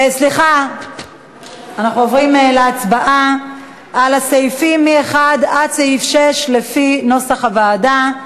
אנחנו עוברים להצבעה על הסעיפים 1 6 לפי נוסח הוועדה.